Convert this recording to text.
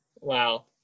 wow